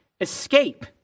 escape